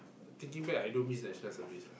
thinking back I don't miss National Service lah